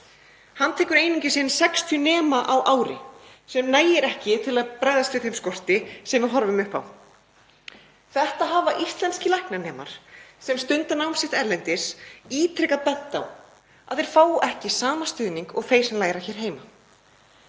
Hann tekur einungis inn 60 nema á ári sem nægir ekki til að bregðast við þeim skorti sem við horfum upp á. Þetta hafa íslenskir læknanemar sem stunda nám sitt erlendis ítrekað bent á, að þeir fái ekki sama stuðning og þeir sem læra hér heima.